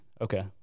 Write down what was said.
Okay